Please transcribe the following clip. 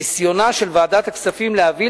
ניסיונה של ועדת הכספים להביא